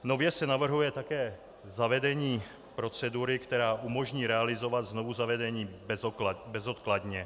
Nově se navrhuje také zavedení procedury, která umožní realizovat znovuzavedení bezodkladně.